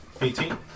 Eighteen